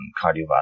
cardiovascular